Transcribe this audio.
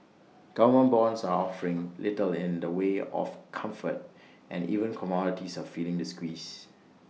government bonds are offering little in the way of comfort and even commodities are feeling the squeeze